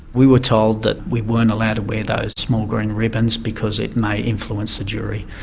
we were told that we weren't allowed to wear those small green ribbons because it may influence the jury.